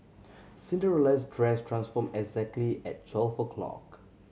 Cinderella's dress transform exactly at twelve o'clock